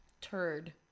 turd